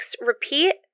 Repeat